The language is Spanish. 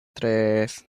tres